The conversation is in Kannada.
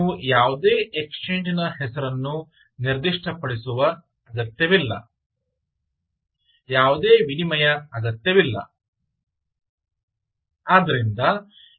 ನೀವು ಯಾವುದೇ ಎಕ್ಷಚೇಂಜ್ ನ ಹೆಸರನ್ನು ನಿರ್ದಿಷ್ಟಪಡಿಸುವ ಅಗತ್ಯವಿಲ್ಲ ಯಾವುದೇ ವಿನಿಮಯ ಅಗತ್ಯವಿಲ್ಲ